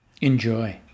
Enjoy